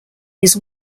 his